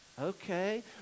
Okay